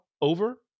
over